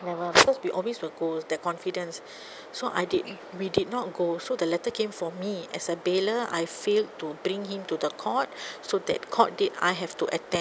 never because we always will go the confidence so I did we did not go so the letter came for me as a bailer I failed to bring him to the court so that court date I have to attend